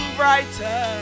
brighter